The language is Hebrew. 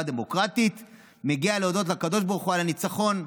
דמוקרטית מגיע להודות לקדוש ברוך הוא על הניצחון.